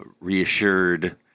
reassured